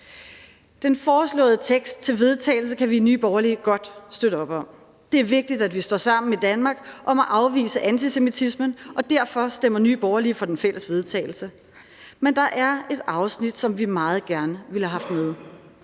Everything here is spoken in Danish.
Den foreslåede tekst til forslag til vedtagelse kan vi i Nye Borgerlige godt støtte op om. Det er vigtigt, at vi står sammen i Danmark om at afvise antisemitismen, og derfor stemmer Nye Borgerlige for det fælles forslag til vedtagelse. Men der er et afsnit, som vi meget gerne ville have haft med,